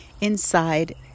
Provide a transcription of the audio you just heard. inside